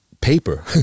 paper